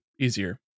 easier